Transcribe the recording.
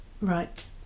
right